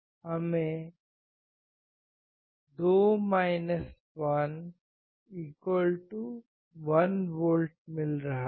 हमें 2 1 1 V मिल रहा है